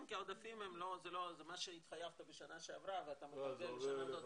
זה מה שהתחייבת בשנה שעברה ואתה מגלגל לשנה הזאת.